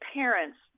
parents